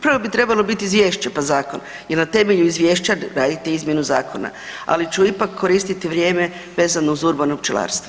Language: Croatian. Prvo bi trebalo biti izvješće pa zakon i na temelju izvješća radite izmjenu zakona, ali ću ipak koristiti vrijeme vezano uz urbano pčelarstvo.